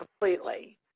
completely